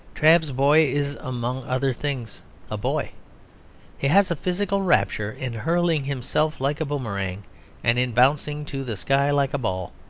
trabb's boy is among other things a boy he has a physical rapture in hurling himself like a boomerang and in bouncing to the sky like a ball.